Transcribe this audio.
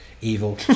evil